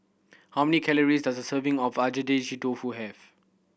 how many calories does a serving of Agedashi Dofu have